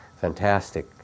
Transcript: fantastic